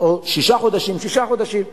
או שישה חודשים, שישה חודשים.